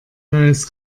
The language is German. neues